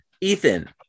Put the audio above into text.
Ethan